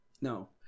no